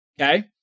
okay